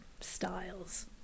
styles